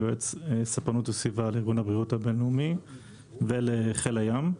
יועץ ספנות וסביבה לארגון הבריאות הבינלאומי ולחיל הים.